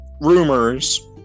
rumors